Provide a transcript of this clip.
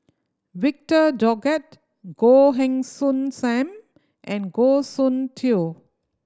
Victor Doggett Goh Heng Soon Sam and Goh Soon Tioe